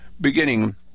beginning